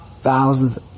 thousands